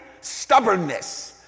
stubbornness